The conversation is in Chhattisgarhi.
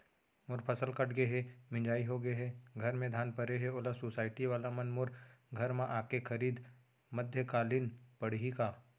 मोर फसल कट गे हे, मिंजाई हो गे हे, घर में धान परे हे, ओला सुसायटी वाला मन मोर घर म आके खरीद मध्यकालीन पड़ही का?